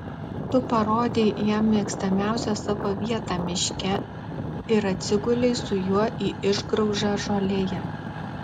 tu parodei jam mėgstamiausią savo vietą miške ir atsigulei su juo į išgraužą žolėje